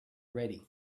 ready